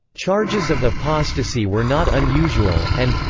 charges of apostasy were not unusual, and.